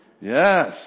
Yes